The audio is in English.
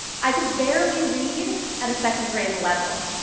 i could barely read at a second grade level.